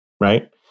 right